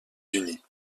unis